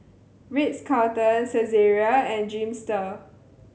Ritz Carlton Saizeriya and Dreamster